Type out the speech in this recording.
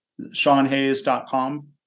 SeanHayes.com